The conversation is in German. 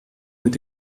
mit